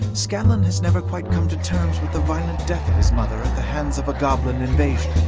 scanlan has never quite come to terms with the violent death of his mother at the hands of a goblin invasion.